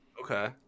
okay